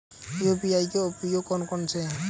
UPI के उपयोग कौन कौन से हैं?